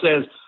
says